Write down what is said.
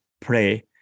play